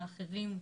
האחרים,